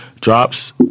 drops